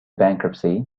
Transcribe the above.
bankruptcy